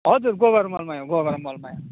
हजुर गोबर मलमै हो गोबर मलमै हो